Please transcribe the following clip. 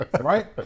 right